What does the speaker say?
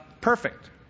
perfect